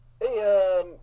Hey